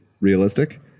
realistic